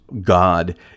god